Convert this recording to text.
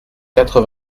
quatre